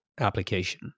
application